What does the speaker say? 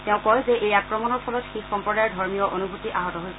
তেওঁ কয় যে এই আক্ৰমণৰ ফলত শিখ সম্প্ৰদায়ৰ ধৰ্মীয় অনুভূতি আহত হৈছে